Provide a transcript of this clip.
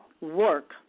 work